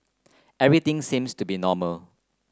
everything seems to be normal